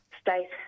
state